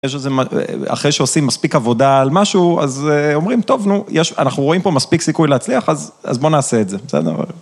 יש איזה מ... אחרי שעושים מספיק עבודה על משהו, אז אה... אומרים "טוב, נו, יש... אנחנו רואים פה מספיק סיכוי להצליח, אז בוא נעשה את זה", בסדר?